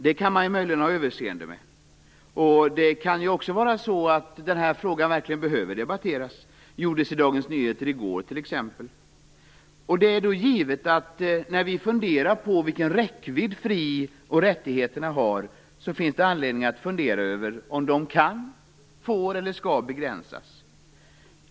Det kan man möjligen ha överseende med. Det kan också vara så att denna fråga verkligen behöver debatteras. Den debatterades i Dagens Nyheter i går t.ex. När det gäller vilken räckvidd fri och rättigheterna har finns det anledning att fundera över om de kan, får eller skall begränsas.